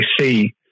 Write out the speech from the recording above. see